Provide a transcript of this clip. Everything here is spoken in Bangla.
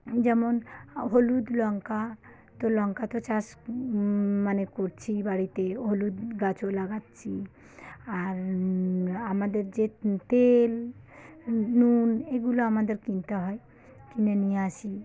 যেমন হলুদ লঙ্কা তো লঙ্কা তো চাষ মানে করছি বাড়িতে হলুদ গাছও লাগাচ্ছি আর আমাদের যে তেল নুন এগুলো আমাদের কিনতে হয় কিনে নিয়ে আসি